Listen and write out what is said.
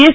S